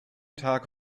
tag